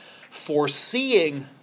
foreseeing